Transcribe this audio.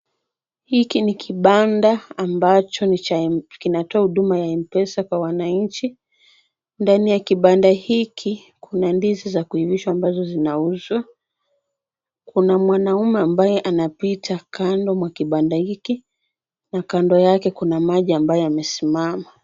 Hiki ni kibanda ambacho kinatoa huduma ya M-Pesa kwa wananchi, ndani ya kibanda hiki kuna ndizi za kuivishwa ambazo zinauzwa. Kuna mwanaume ambaye anapita kando mwa kibanda hiki na kando yake kuna maji ambayo yamesimama.